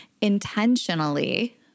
intentionally